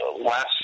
last